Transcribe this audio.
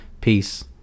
Peace